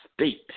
State